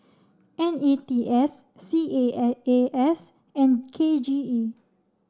N E T S C A A A S and K G E